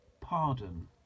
pardon